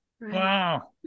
Wow